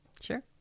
Sure